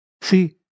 See